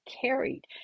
carried